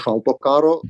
šalto karo